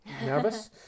nervous